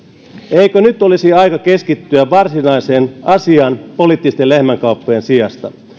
eikö nyt olisi aika keskittyä varsinaiseen asiaan poliittisten lehmänkauppojen sijasta